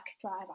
driver